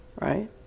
right